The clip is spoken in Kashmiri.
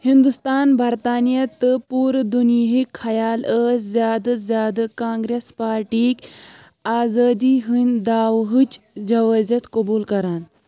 ہندوستان برطانیہ تہٕ پوٗرٕ دُنیہكۍ خیال ٲسی زیادٕ زیادٕ کانگریس پارٹیِکۍ آزٲدی ہٕندۍ داعوہٕچۍ جوازِیت قبوٗل كران